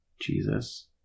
Jesus